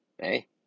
Hey